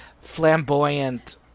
flamboyant